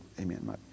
Amen